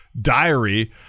diary